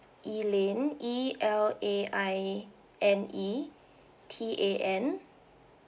elaine E L A I N E T A N